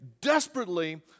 desperately